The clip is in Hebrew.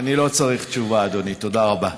אני לא צריך תשובה, אדוני, תודה רבה.